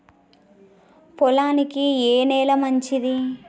పొలానికి ఏ నేల మంచిది?